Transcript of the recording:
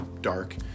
dark